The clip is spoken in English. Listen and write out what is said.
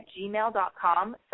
gmail.com